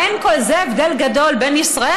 אין כזה הבדל גדול בינן לבין ישראל.